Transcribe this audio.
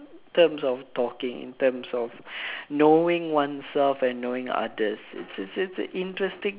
in terms of talking in terms of knowing oneself and knowing others its its interesting